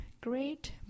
great